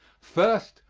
first,